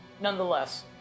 nonetheless